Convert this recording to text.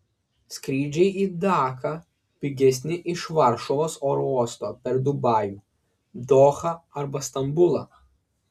skrydžiai į daką pigesni iš varšuvos oro uosto per dubajų dohą arba stambulą